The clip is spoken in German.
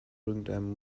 irgendeinem